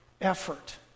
effort